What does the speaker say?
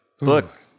Look